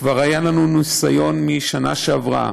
וכבר היה לנו ניסיון משנה שעברה,